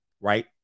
right